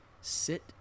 sit